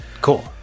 cool